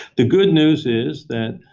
the good news is that